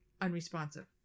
unresponsive